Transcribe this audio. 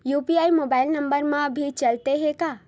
UPI mobile number मा भी चलते हे का?